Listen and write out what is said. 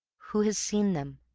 who has seen them?